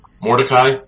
Mordecai